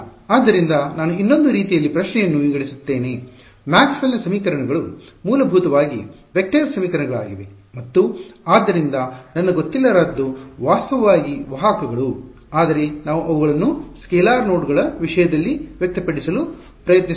ಆದ್ದರಿಂದ ನಾನು ಇನ್ನೊಂದು ರೀತಿಯಲ್ಲಿ ಪ್ರಶ್ನೆಯನ್ನು ವಿಂಗಡಿಸುತ್ತೇನೆ ಮ್ಯಾಕ್ಸ್ವೆಲ್ನ ಸಮೀಕರಣಗಳು Maxwell's equations ಮೂಲಭೂತವಾಗಿ ವೆಕ್ಟರ್ ಸಮೀಕರಣಗಳಾಗಿವೆ ಮತ್ತು ಆದ್ದರಿಂದ ನನ್ನ ಗೊತ್ತಿರಲಾರದ್ದು ವಾಸ್ತವವಾಗಿ ವಾಹಕಗಳು ಆದರೆ ನಾನು ಅವುಗಳನ್ನು ಸ್ಕೇಲಾರ್ ನೋಡ್ಗಳ ವಿಷಯದಲ್ಲಿ ವ್ಯಕ್ತಪಡಿಸಲು ಪ್ರಯತ್ನಿಸುತ್ತೇನೆ